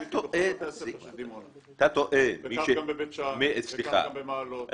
הייתי בכל בתי הספר של דימונה וכך גם בבית שאן וכך גם במעלות.